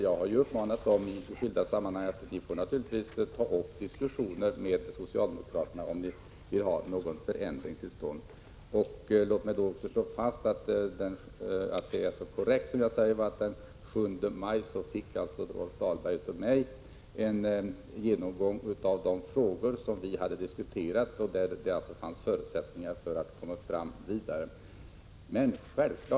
Jag har i skilda sammanhang påpekat för dessa partiers företrädare att de om de har velat få någon förändring till stånd naturligtvis har fått ta upp diskussioner med socialdemokraterna. Låt mig också slå fast att det alltså är korrekt att Rolf Dahlberg den 7 maj av mig fick en genomgång av de frågor som vi hade diskuterat och där det fanns förutsättningar att föra vidare samtal.